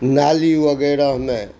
नाली वगैरहमे